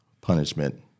punishment